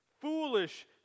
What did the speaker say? foolish